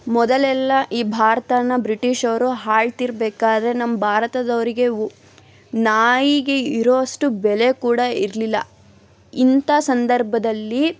ಮೊದಲೆಲ್ಲ ಈ ಭಾರತನ ಬ್ರಿಟಿಷವರು ಆಳ್ತಿರ್ಬೇಕಾದ್ರೆ ನಮ್ಮ ಭಾರತದವರಿಗೆ ನಾಯಿಗೆ ಇರೋ ಅಷ್ಟು ಬೆಲೆ ಕೂಡ ಇರಲಿಲ್ಲ ಇಂಥ ಸಂದರ್ಭದಲ್ಲಿ